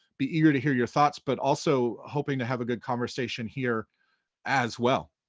be eager to hear your thoughts, but also hoping to have a good conversation here as well.